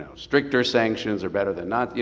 stricter sanctions are better than not,